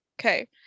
Okay